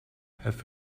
have